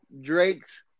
Drake's